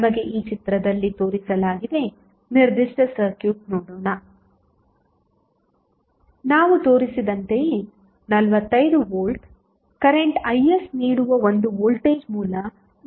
ನಮಗೆ ಈ ಚಿತ್ರದಲ್ಲಿ ತೋರಿಸಲಾಗಿದೆ ನಿರ್ದಿಷ್ಟ ಸರ್ಕ್ಯೂಟ್ ನೋಡೋಣ ನಾವು ತೋರಿಸಿದಂತೆಯೇ 45 ವೋಲ್ಟ್ ಕರೆಂಟ್ Is ನೀಡುವ ಒಂದು ವೋಲ್ಟೇಜ್ ಮೂಲ E ಇಲ್ಲಿದೆ